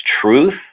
truth